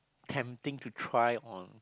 tempting to try on